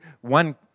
one